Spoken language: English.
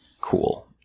Cool